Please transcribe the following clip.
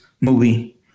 movie